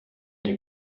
die